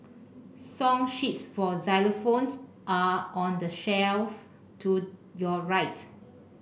song sheets for xylophones are on the shelf to your right